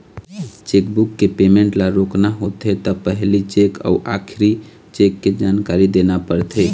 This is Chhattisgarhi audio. चेकबूक के पेमेंट ल रोकना होथे त पहिली चेक अउ आखरी चेक के जानकारी देना परथे